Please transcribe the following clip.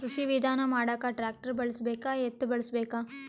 ಕೃಷಿ ವಿಧಾನ ಮಾಡಾಕ ಟ್ಟ್ರ್ಯಾಕ್ಟರ್ ಬಳಸಬೇಕ, ಎತ್ತು ಬಳಸಬೇಕ?